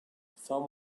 some